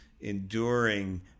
enduring